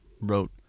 wrote